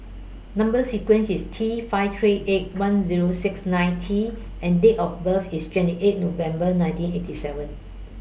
Number sequence IS T five three eight one Zero six nine T and Date of birth IS twenty eight November nineteen eighty seven